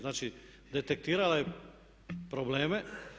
Znači, detektirala je probleme.